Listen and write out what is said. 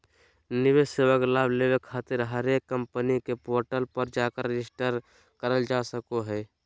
निवेश सेवा के लाभ लेबे खातिर हरेक कम्पनी के पोर्टल पर जाकर रजिस्ट्रेशन करल जा सको हय